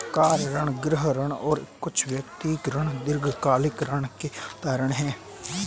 car ऋण, गृह ऋण और कुछ व्यक्तिगत ऋण दीर्घकालिक ऋण के उदाहरण हैं